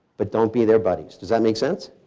but don't be their buddies. does that make sense?